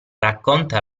racconta